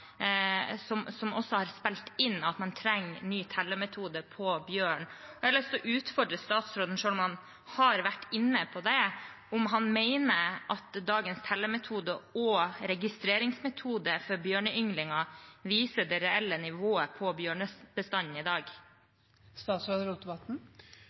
fjor sommer, også har spilt inn at man trenger ny tellemetode for bjørn. Jeg har lyst til å utfordre statsråden – selv om han har vært inne på det – på om han mener at dagens tellemetode og registreringsmetode for bjørneynglinger viser det reelle nivået på bjørnebestanden i dag.